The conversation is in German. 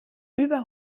über